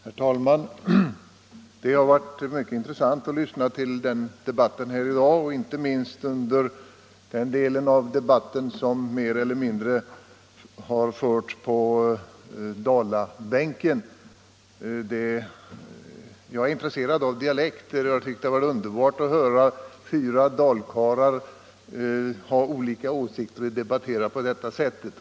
Herr talman! Det har varit mycket intressant att lyssna till denna debatt, inte minst den del av överläggningarna som mer eller mindre fördes av ledamöterna på Dalabänken. Jag är intresserad av dialekter, och det var underbart att höra fyra dalkarlar av olika åsikter debattera frågorna på sin dialekt.